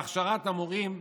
בהכשרת המורים,